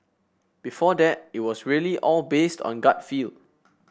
before that it was really all based on gut feel